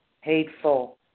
hateful